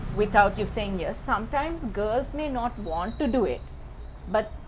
without you saying yes sometimes girls may not want to do it but.